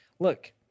Look